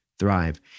thrive